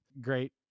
great